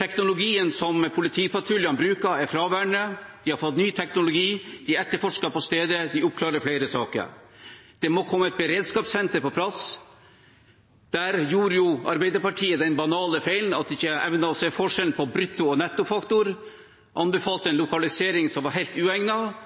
Teknologien som politipatruljene brukte, er fraværende: De har fått ny teknologi, de etterforsker på stedet, de oppklarer flere saker. Det må komme et beredskapssenter på plass: Der gjorde jo Arbeiderpartiet den banale feilen at de ikke evnet å se forskjellen på brutto- og nettofaktor, anbefalte en lokalisering som var helt